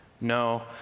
No